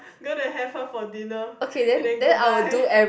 going to have her for dinner and then goodbye